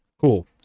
cool